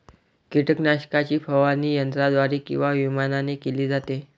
कीटकनाशकाची फवारणी यंत्राद्वारे किंवा विमानाने केली जाते